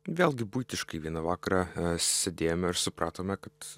vėlgi buitiškai vieną vakarą sėdėjome ir supratome kad